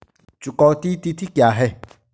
चुकौती तिथि क्या है?